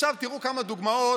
תראו כמה דוגמאות,